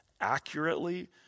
accurately